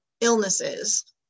illnesses